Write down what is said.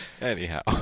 Anyhow